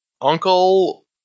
uncle